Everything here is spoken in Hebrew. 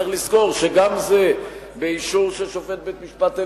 צריך לזכור שגם זה באישור של שופט בית-משפט עליון.